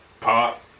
pop